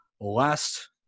last